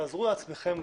תעזרו גם לעצמכם.